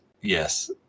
Yes